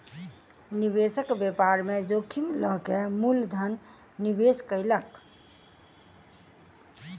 निवेशक व्यापार में जोखिम लअ के मूल धन निवेश कयलक